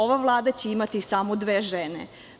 Ova Vlada će imati samo dve žene.